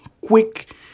quick